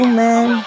man